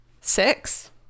Six